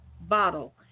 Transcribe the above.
Bottle